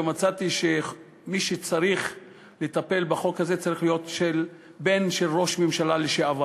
ומצאתי שמי שצריך לטפל בחוק הזה צריך להיות בן של ראש ממשלה לשעבר